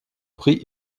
pris